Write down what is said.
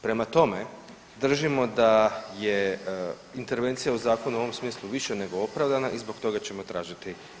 Prema tome, držimo da je intervencija u zakonu u ovom smislu više nego opravdana i zbog toga ćemo tražiti glasanje.